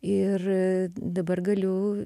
ir dabar galiu